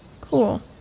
Cool